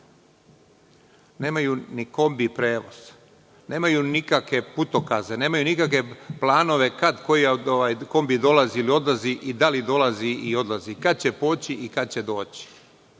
nemaju ni kombi prevoz, nemaju nikakve putokaze, nemaju nikakve planove kad koji kombi dolazi ili odlazi i da li dolazi i odlazi, kad će poći i kad će